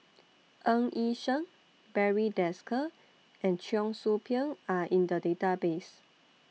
Ng Yi Sheng Barry Desker and Cheong Soo Pieng Are in The Database